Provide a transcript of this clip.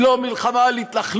היא לא מלחמה על התנחלות,